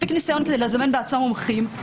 מספיק ניסיון כדי לזמן בעצמם מומחים,